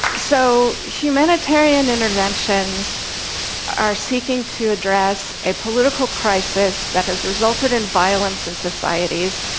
so, humanitarian interventions are seeking to address a political crisis that has resulted in violence in societies.